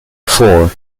four